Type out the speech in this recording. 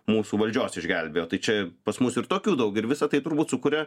mūsų valdžios išgelbėjo tai čia pas mus ir tokių daug ir visa tai turbūt sukuria